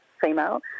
female